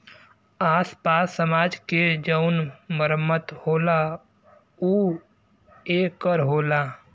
आस पास समाज के जउन मरम्मत होला ऊ ए कर होला